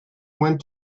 went